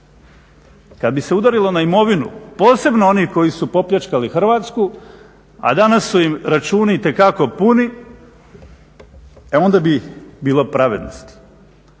Kad bi se udarilo na imovinu posebno oni koji su popljačkali Hrvatsku, a danas su im računi itekako puni e onda bi bilo pravednosti,